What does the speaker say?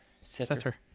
setter